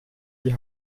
die